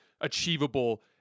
achievable